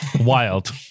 Wild